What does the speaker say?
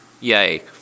yay